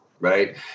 Right